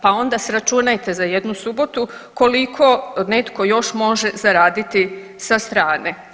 Pa onda sračunajte za jednu subotu koliko netko još može zaraditi sa strane.